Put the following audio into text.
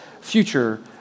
future